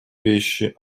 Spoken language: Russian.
вещи